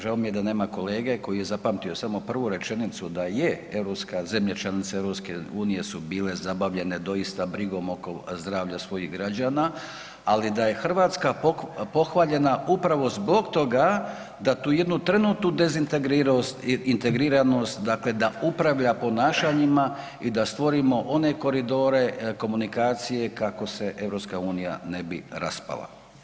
Žao mi je da nema kolege koji je zapamtio samo prvu rečenicu da je europska zemlja, zemlje članice EU su bile zabavljene doista brigom oko zdravlja svojih građana, ali da je Hrvatska pohvaljena upravo zbog toga da tu trenutnu dezintegriranost, integriranost dakle da upravlja ponašanjima i da stvorimo one koridore komunikacije kako se EU ne bi raspala.